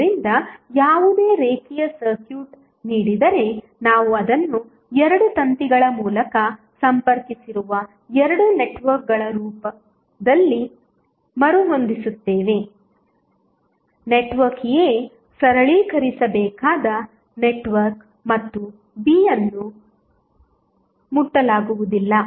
ಆದ್ದರಿಂದ ಯಾವುದೇ ರೇಖೀಯ ಸರ್ಕ್ಯೂಟ್ ನೀಡಿದರೆ ನಾವು ಅದನ್ನು 2 ತಂತಿಗಳ ಮೂಲಕ ಸಂಪರ್ಕಿಸಿರುವ 2 ನೆಟ್ವರ್ಕ್ಗಳ ರೂಪದಲ್ಲಿ ಮರುಹೊಂದಿಸುತ್ತೇವೆ ನೆಟ್ವರ್ಕ್ a ಸರಳೀಕರಿಸಬೇಕಾದ ನೆಟ್ವರ್ಕ್ ಮತ್ತು b ಅನ್ನು ಮುಟ್ಟಲಾಗುವುದಿಲ್ಲ